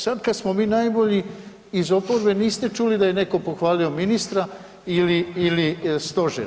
Sad kad smo mi najbolji iz oporbe niste čuli da je netko pohvalio ministra ili stožer.